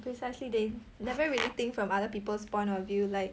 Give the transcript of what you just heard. precisely they never really think from other people's point of view like